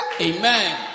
Amen